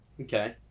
Okay